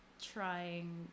trying